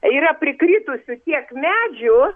yra prikritusių tiek medžių